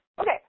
okay